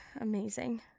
amazing